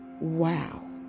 wow